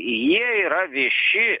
jie yra vieši